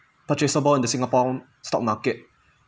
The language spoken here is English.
purchasable in the singapore stock market